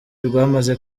rwamaze